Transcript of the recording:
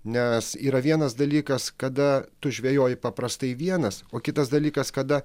nes yra vienas dalykas kada tu žvejoji paprastai vienas o kitas dalykas kada